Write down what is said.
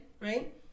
right